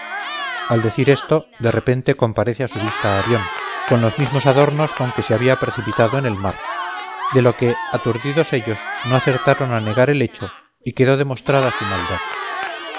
al decir esto de repente comparece a su vista arión con los mismos adornos con que se había precipitado en el mar de lo que aturdidos ellos no acertaron a negar el hecho y quedó demostrada su maldad